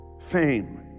fame